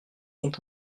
sont